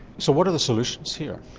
so what are the solutions here?